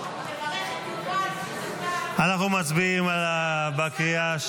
תברך את יובל הזוכה --- אנחנו מצביעים בקריאה,